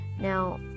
now